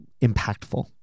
impactful